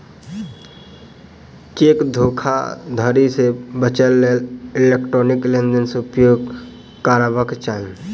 cheque धोखाधड़ी से बचैक लेल इलेक्ट्रॉनिक लेन देन के उपयोग करबाक चाही